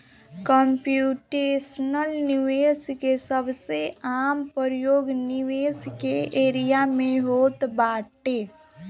computational निवेश के सबसे आम प्रयोग निवेश के एरिया में होत बाटे